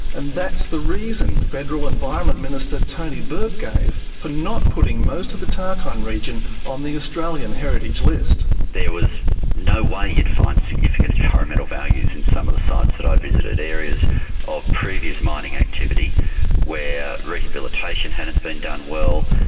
and that's the reason federal environment minister tony burke gave for not putting most of the tarkine region on the australian heritage list. there was no way you'd find significant environmental values in some of the sites that i visited, areas of previous mining activity where rehabilitation hadn't been done well,